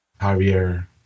Javier